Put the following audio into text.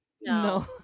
No